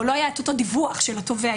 או שלא היה אותו דיווח של התובע,